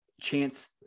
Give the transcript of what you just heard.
chance